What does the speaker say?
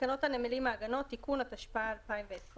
תקנות הנמלים (מעגנות) (תיקון), התשפ"א 2020